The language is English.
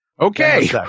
Okay